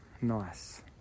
nice